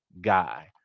guy